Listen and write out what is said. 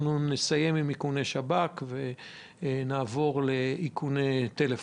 אנחנו נסיים עם איכוני השב"כ ונעבור לאיכוני טלפון.